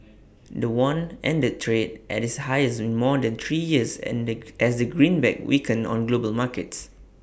the won ended trade at its highest in more than three years as the greenback weakened on global markets